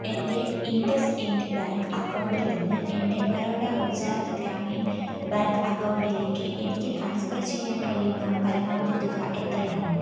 എൻ്റെ IndusInd bank അക്കൗണ്ടിൽ നിന്ന് എൻ്റെ ബറോഡ ഗുജറാത്ത് ഗ്രാമീൺ ബാങ്ക് അക്കൗണ്ടിലേക്ക് എനിക്ക് ട്രാൻസ്ഫർ ചെയ്യാൻ കഴിയുന്ന പരമാവധി തുക എത്രയാണ്